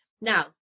Now